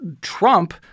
Trump